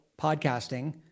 podcasting